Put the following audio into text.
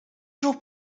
jours